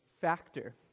factor